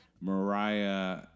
Mariah